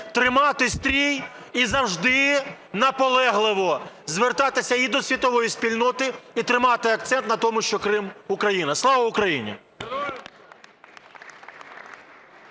тримати стрій і завжди наполегливо звертатися і до світової спільноти, і тримати акцент на тому, що Крим – це Україна. Слава Україні!